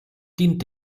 dient